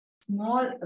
small